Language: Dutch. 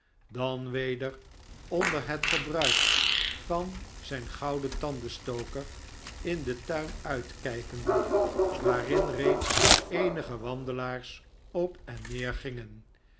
dan weder onder het gebruik van zijn gouden tandenstoker in den tuin uitkijkende waarin reeds eenige wandelaars op en neer gingen